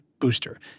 booster